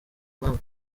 mpamvu